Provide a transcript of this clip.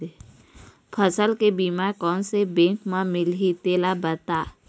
फसल के बीमा कोन से बैंक म मिलही तेला बता?